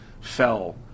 fell